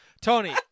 Tony